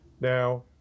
Now